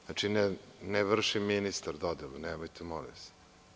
Znači, ne vrši ministar dodelu, nemojte, molim vas.